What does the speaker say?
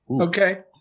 Okay